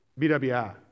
BWI